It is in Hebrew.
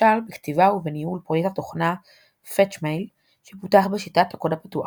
למשל בכתיבה ובניהול פרויקט התוכנה fetchmail שפותח בשיטת הקוד הפתוח.